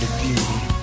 Beauty